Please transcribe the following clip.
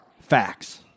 facts